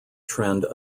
trend